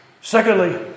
secondly